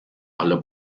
aller